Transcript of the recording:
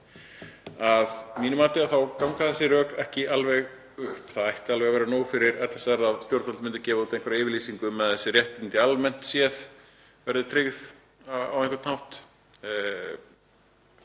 Að mínu mati ganga þessi rök ekki alveg upp. Það ætti alveg að vera nóg fyrir LSR að stjórnvöld myndu gefa út einhverja yfirlýsingu um að þessi réttindi almennt séð verði tryggð á einhvern hátt,